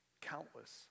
countless